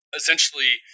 essentially